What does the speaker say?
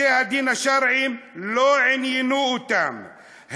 בתי-הדין השרעיים לא עניינו אותם,